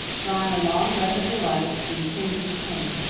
drawing a long breath of delight that seemed tinged with pain.